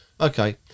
Okay